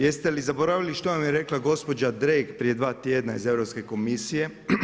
Jeste li zaboravili što nam je rekla gospođa … prije dva tjedna iz Europske komisije?